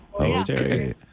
Okay